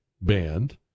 band